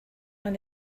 one